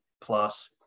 plus